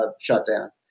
shutdown